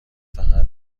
فقط